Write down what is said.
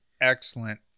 excellent